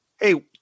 Hey